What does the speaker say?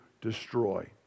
destroy